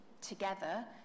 together